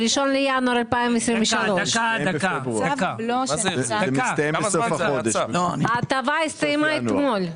ב-1 בינואר 2023. ההטבה הסתיימה אתמול.